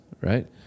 Right